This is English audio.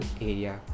area